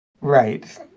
right